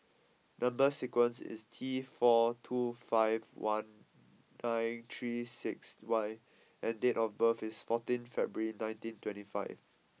number sequence is T four two five one nine three six Y and date of birth is fourteenth February nineteen twenty five